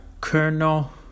Colonel